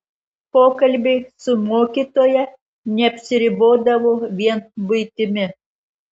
pokalbiai su mokytoja neapsiribodavo vien buitimi